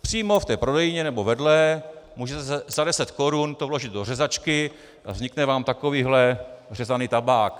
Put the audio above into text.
Přímo v té prodejně nebo vedle to můžete za 10 korun to vložit do řezačky a vznikne vám takovýhle řezaný tabák.